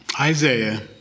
Isaiah